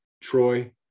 troy